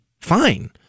Fine